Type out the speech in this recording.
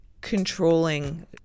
controlling